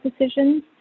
decisions